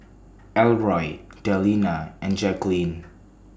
Elroy Delina and Jackeline